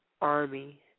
army